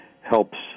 helps